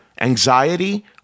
anxiety